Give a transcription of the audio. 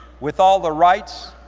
with all the rights,